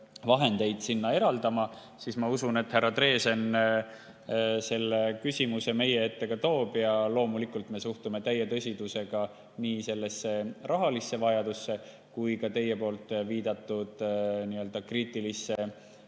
vahendeid eraldama, siis ma usun, et härra Dresen selle küsimuse meie ette toob. Loomulikult suhtume me täie tõsidusega nii sellesse rahalisse vajadusse kui ka teie viidatud kriitilisse